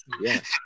Yes